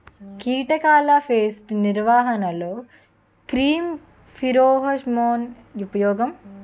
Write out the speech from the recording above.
కీటకాల పేస్ట్ నిర్వహణలో క్రిమి ఫెరోమోన్ ఉపయోగం